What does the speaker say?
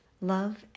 love